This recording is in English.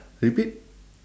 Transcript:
repeat